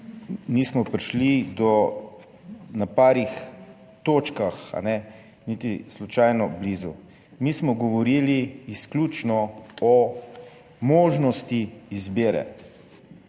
nismo prišli do, na parih točkah niti slučajno blizu. Mi smo govorili izključno o možnosti izbire.